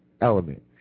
element